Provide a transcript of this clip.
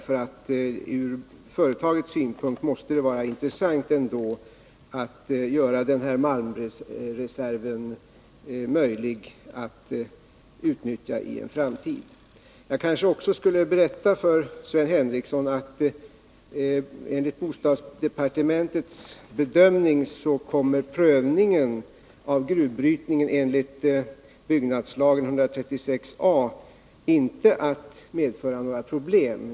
Från företagets synpunkt måste det ändå vara intressant att göra den här malmreserven utnyttjbar i framtiden. Jag skall kanske också berätta för Sven Henricsson att enligt bostadsdepartementets bedömning kommer inte prövningen av gruvbrytningen enligt byggnadslagen 136 a § att medföra några problem.